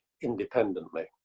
independently